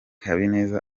habineza